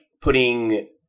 putting